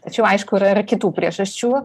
tačiau aišku yra ir kitų priežasčių